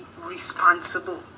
responsible